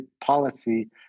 policy